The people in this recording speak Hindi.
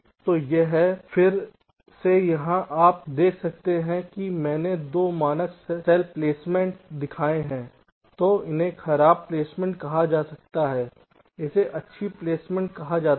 तो यह 1 है फिर से यहां अगर आप देख सकते हैं कि मैंने 2 मानक सेल प्लेसमेंट दिखाए हैं तो इसे खराब प्लेसमेंट कहा जाता है और इसे अच्छी प्लेसमेंट कहा जाता है